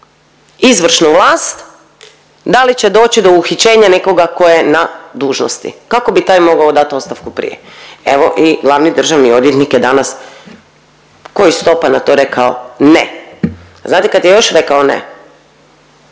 izvršnu vlast da li će doći do uhićenja nekoga ko je na dužnosti kako bi taj mogao dat ostavku prije. Evo i glavni državni odvjetnik je danas ko iz topa na to rekao ne. A znate kad je još rekao ne?